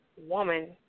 Woman